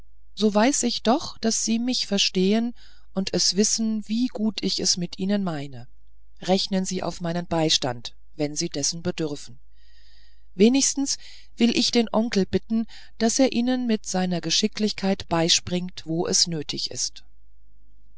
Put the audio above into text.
so weiß ich doch daß sie mich verstehen und es wissen wie gut ich es mit ihnen meine rechnen sie auf meinen beistand wenn sie dessen bedürfen wenigstens will ich den onkel bitten daß er ihnen mit seiner geschicklichkeit beispringe wo es nötig ist